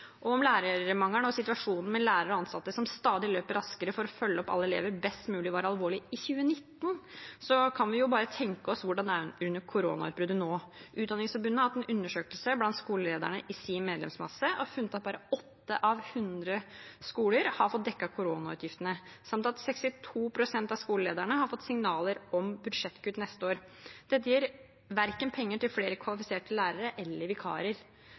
Om lærermangelen og situasjonen med lærere og ansatte som stadig løper raskere for å følge opp alle elever best mulig, var alvorlig i 2019, kan vi bare tenke oss hvordan det er under koronautbruddet nå. Utdanningsforbundet har hatt en undersøkelse blant skolelederne i sin medlemsmasse og funnet at bare 8 av 100 skoler har fått dekket koronautgiftene, samt at 62 pst. av skolelederne har fått signaler om budsjettkutt neste år. Dette gir ikke penger verken til flere kvalifiserte lærere eller til vikarer.